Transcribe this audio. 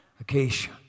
Acacia